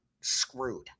screwed